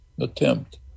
attempt